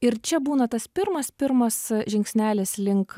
ir čia būna tas pirmas pirmas žingsnelis link